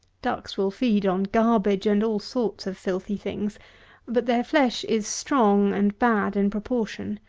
ducks will feed on garbage and all sorts of filthy things but their flesh is strong, and bad in proportion.